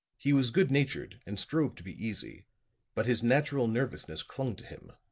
he was good-natured and strove to be easy but his natural nervousness clung to him.